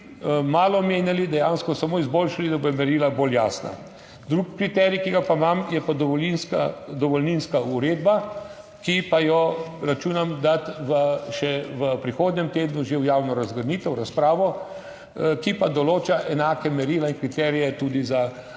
malo menjali, dejansko samo izboljšali, da bodo merila bolj jasna. Drug kriterij, ki ga pa imam, je pa dovolinska, dovolninska uredba, ki pa jo računam dati še v prihodnjem tednu že v javno razgrnitev razpravo, ki pa določa enaka merila in kriterije tudi za